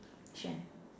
which one